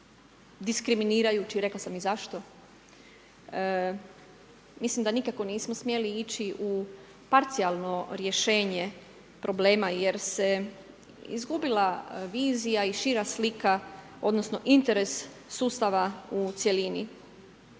diskriminirajući, rekla sam i zašto. Mislim da nikako nismo smjeli ići u parcijalno rješenje problema jer se izgubila vizija i šira slika odnosno interes sustava u cjelini.